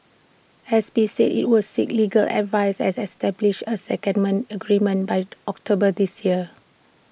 S P said IT would seek legal advice as establish A secondment agreement by October this year